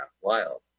wild